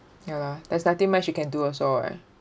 ya lah there's nothing much you can do also [what]